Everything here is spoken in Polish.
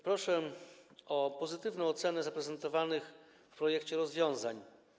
Proszę o pozytywną ocenę zaprezentowanych w projekcie rozwiązań.